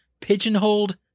Pigeonholed